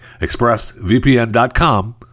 expressvpn.com